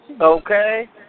Okay